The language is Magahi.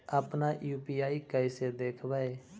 अपन यु.पी.आई कैसे देखबै?